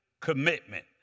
commitment